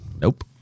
Nope